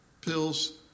Pills